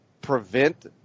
prevent